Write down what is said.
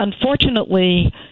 unfortunately